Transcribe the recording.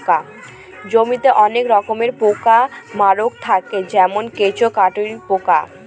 জমিতে অনেক রকমের পোকা মাকড় থাকে যেমন কেঁচো, কাটুই পোকা